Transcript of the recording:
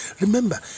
Remember